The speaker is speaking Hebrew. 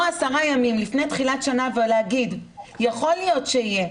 אבל לבוא עשרה ימים לפני תחילת שנה ולהגיד: יכול להיות שיהיה,